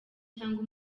cyangwa